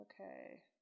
Okay